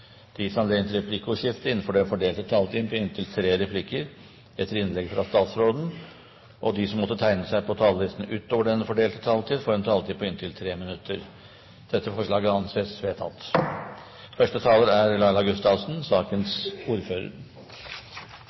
til statsråden. Videre vil presidenten foreslå at det gis anledning til replikkordskifte på inntil tre replikker med svar etter innlegget fra statsråden innenfor den fordelte taletid. Videre blir det foreslått at de som måtte tegne seg på talerlisten utover den fordelte taletid, får en taletid på inntil 3 minutter. – Det anses vedtatt.